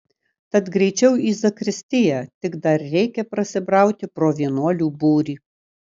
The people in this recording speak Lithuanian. tad greičiau į zakristiją tik dar reikia prasibrauti pro vienuolių būrį